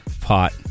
pot